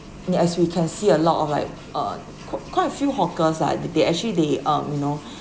as we can see a lot of like uh quite few hawkers ah that they actually the um you know